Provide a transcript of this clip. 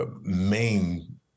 main